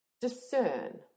discern